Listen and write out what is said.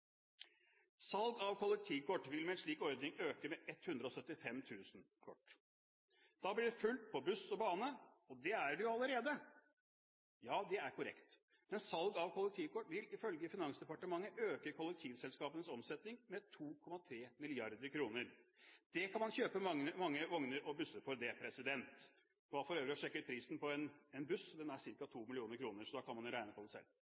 Salg av kollektivkort vil med en slik ordning øke med 175 000 kort. Da blir det fullt på buss og bane. Det er det jo allerede – ja, det er korrekt, men salg av kollektivkort vil ifølge Finansdepartementet øke kollektivselskapenes omsetning med 2,3 mrd. kr. Det kan man kjøpe mange vogner og busser for. Jeg var for øvrig og sjekket prisen på en buss, den er på ca. 2 mill. kr, så da kan man regne på det selv.